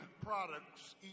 products